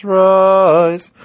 rise